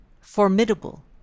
formidable